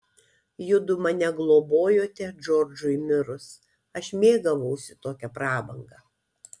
judu mane globojote džordžui mirus aš mėgavausi tokia prabanga